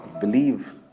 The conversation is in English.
Believe